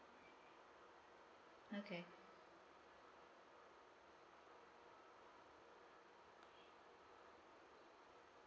okay